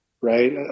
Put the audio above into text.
right